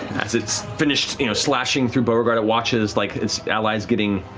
as it's finished you know slashing through beauregard, it watches like its allies getting